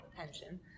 attention